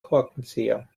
korkenzieher